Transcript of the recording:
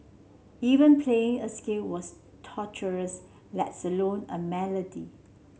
even playing a scale was torturous lets alone a melody